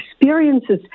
experiences